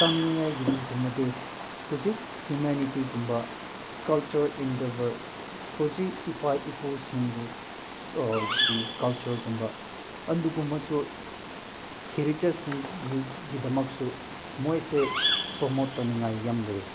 ꯇꯝꯅꯤꯡꯉꯥꯏꯒꯤꯒꯨꯝꯕꯗꯤ ꯍꯧꯖꯤꯛ ꯍꯨꯃꯦꯅꯤꯇꯤꯒꯨꯝꯕ culture endeavour ꯍꯧꯖꯤꯛ ꯏꯄꯥ ꯏꯄꯨꯁꯤꯡꯕꯨ ꯒꯤ ꯀꯜꯆꯔꯒꯨꯝꯕ ꯑꯗꯨꯒꯨꯝꯕꯁꯨ ꯍꯤꯔꯤꯇꯦꯖꯒꯤ ꯒꯤꯗꯃꯛꯁꯨ ꯃꯣꯏꯁꯦ ꯄ꯭ꯔꯣꯃꯣꯠ ꯇꯧꯅꯤꯡꯉꯥꯏ ꯌꯥꯝ ꯂꯩꯌꯦ